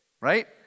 right